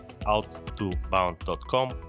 outtobound.com